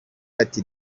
ati